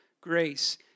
grace